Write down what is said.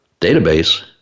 Database